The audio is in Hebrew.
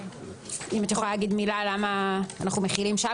תוכלי לומר מילה למה אנו מחילים שם?